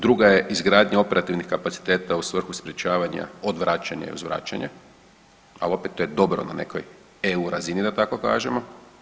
Druga je izgradnja operativnih kapaciteta u svrhu sprječavanja odvraćanja i uzvraćanja, ali opet to je dobro na nekoj EU razini da tako kažemo.